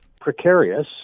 precarious